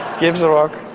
gives the rock.